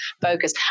focus